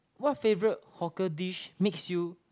what favourite hawker dish makes you